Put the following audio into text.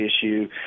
issue